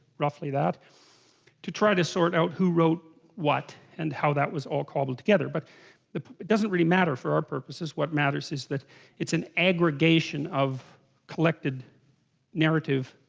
roughly that to try to sort out who wrote what and how that was all cobbled together but it doesn't really matter for our purposes what matters is that it's an aggregation of collected narrative